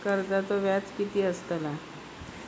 कर्जाचो व्याज कीती असताला?